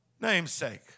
namesake